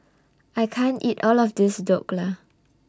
I can't eat All of This Dhokla